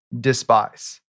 despise